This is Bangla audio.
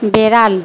বেড়াল